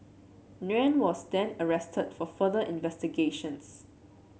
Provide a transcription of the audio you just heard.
Nguyen was then arrested for further investigations